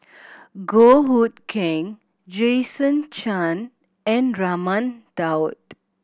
Goh Hood Keng Jason Chan and Raman Daud